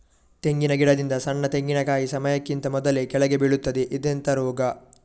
ತೆಂಗಿನ ಗಿಡದಿಂದ ಸಣ್ಣ ತೆಂಗಿನಕಾಯಿ ಸಮಯಕ್ಕಿಂತ ಮೊದಲೇ ಕೆಳಗೆ ಬೀಳುತ್ತದೆ ಇದೆಂತ ರೋಗ?